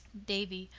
davy,